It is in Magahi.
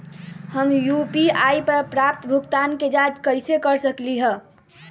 हम यू.पी.आई पर प्राप्त भुगतान के जाँच कैसे कर सकली ह?